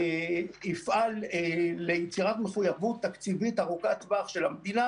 יפעל ליצירת מחויבות תקציבית ארוכת טווח של המדינה